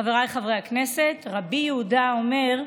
חבריי חברי הכנסת, רבי יהודה אומר: